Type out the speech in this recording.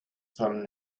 from